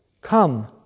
Come